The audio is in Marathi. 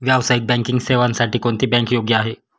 व्यावसायिक बँकिंग सेवांसाठी कोणती बँक योग्य आहे?